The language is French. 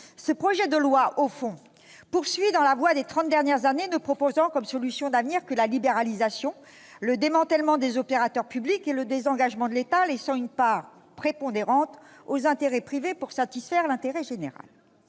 Ce projet de loi, au fond, poursuit la voie engagée au cours des trente dernières années, ne proposant comme solution d'avenir que la libéralisation, le démantèlement des opérateurs publics et le désengagement de l'État, laissant une part prépondérante aux intérêts privés pour satisfaire l'intérêt général.